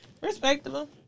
Respectable